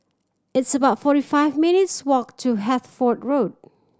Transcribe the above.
it's about forty five minutes' walk to Hertford Road